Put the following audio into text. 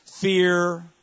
Fear